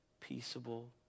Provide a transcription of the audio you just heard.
peaceable